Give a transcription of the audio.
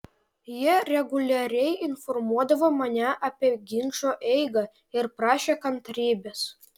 jie reguliariai informuodavo mane apie ginčo eigą ir prašė kantrybės